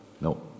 No